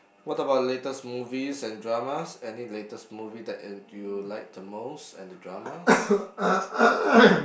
what about latest movies and dramas any latest movie that in you like the most and the dramas